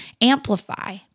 amplify